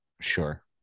Sure